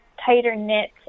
tighter-knit